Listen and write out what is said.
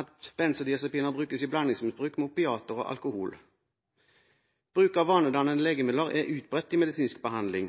at benzodiazepiner brukes i blandingsmisbruk med opiater og alkohol. Bruk av vanedannende legemidler er utbredt i medisinsk behandling.